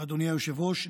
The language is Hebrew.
אדוני היושב-ראש,